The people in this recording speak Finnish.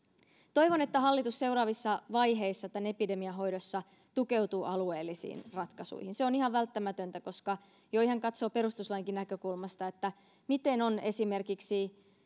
toivon että hallitus seuraavissa vaiheissa tämän epidemian hoidossa tukeutuu alueellisiin ratkaisuihin se on ihan välttämätöntä koska jos ihan katsoo perustuslainkin näkökulmasta miten on esimerkiksi